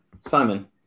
Simon